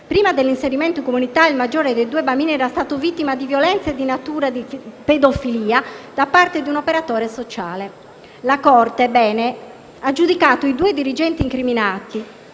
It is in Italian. Prima dell'inserimento in comunità, il maggiore dei due bambini era stato vittima di violenza di natura pedofila da parte di un operatore sociale». La corte ha giudicato che i due dirigenti incriminati